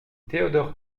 théodore